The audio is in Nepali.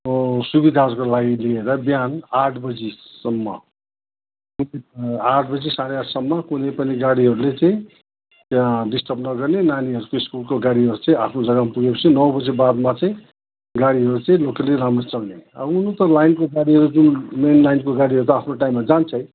सुविधाहरको लागि लिएर बिहान आठ बजीसम्म आठ बाजी साढे आठसम्म कुनै पनि गाडीहरूले चाहिँ त्यहाँ डिस्टर्ब नगर्ने नानीहरूको स्कुलको गाडीहरू चाहिँ आफ्नो जग्गामा पुगेपछि नौ बजी बादमा चाहिँ गाडीहरू चाहिँ रुटली राम्रो चल्ने अब हुनु त लाइनको गाडीहरू जुन मेन लाइनको गाडीहरू आफ्नो टाइममा जान्छै